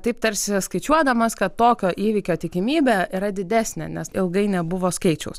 taip tarsi skaičiuodamas kad tokio įvykio tikimybė yra didesnė nes ilgai nebuvo skaičiaus